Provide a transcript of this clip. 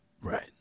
Right